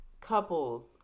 couples